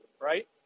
Right